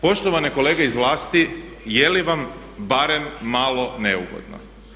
Poštovane kolege iz vlasti je li vam barem malo neugodno?